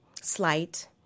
slight